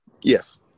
Yes